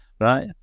right